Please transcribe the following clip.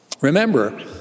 Remember